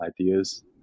ideas